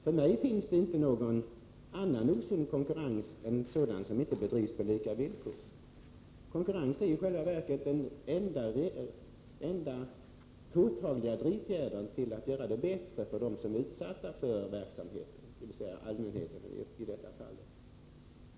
För mig finns det inte någon annan osund konkurrens än sådan som inte bedrivs på lika villkor. Konkurrens är i själva verket den enda påtagliga drivfjädern till att göra det bättre för dem som är utsatta för verksamheten, dvs. i detta fall allmänheten.